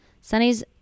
Sunny's